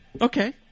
okay